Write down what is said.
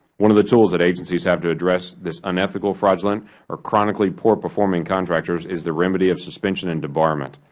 one of the tools that agencies have to address this unethical, fraudulent or chronically poor-performing contractors is the remedy of suspension and debarment.